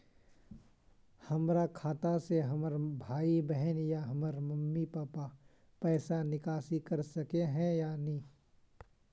हमरा खाता से हमर भाई बहन या हमर मम्मी पापा पैसा निकासी कर सके है या नहीं?